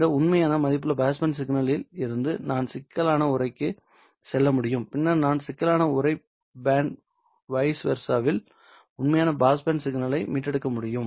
இந்த உண்மையான மதிப்புள்ள பாஸ் பேண்ட் சிக்னலில் இருந்து நான் சிக்கலான உறைக்கு செல்ல முடியும் பின்னர் நான் சிக்கலான உறை பேண்ட் வைய்ஸ் வெர்ஷாவிலிருந்து உண்மையான பாஸ் பேண்ட் சிக்னலை மீட்டெடுக்க முடியும்